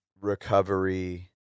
recovery